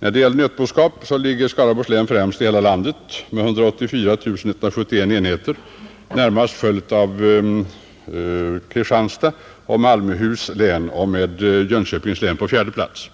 När det gäller nötboskap ligger Skaraborgs län främst i hela landet med 184 171 enheter, närmast följt av Kristianstads och Malmöhus län och med Jönköpings län på fjärde plats.